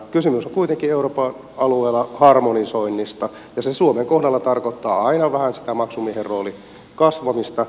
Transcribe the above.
kysymys on kuitenkin euroopan alueella harmonisoinnista ja se suomen kohdalla tarkoittaa aina vähän sitä maksumiehen roolin kasvamista